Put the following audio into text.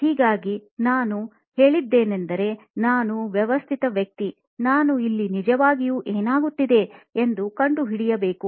ಹಾಗಾಗಿ ನಾನು ಹೇಳಿದ್ದೇನೆಂದರೆ ನಾನು ವ್ಯವಸ್ಥಿತ ವ್ಯಕ್ತಿ ನಾನು ಇಲ್ಲಿ ನಿಜವಾಗಿಯೂ ಏನಾಗುತ್ತಿದೆ ಎಂದು ಕಂಡುಹಿಡಿಯಬೇಕು